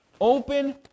open